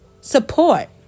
support